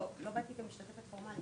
לא באתי כמשתתפת פורמלית.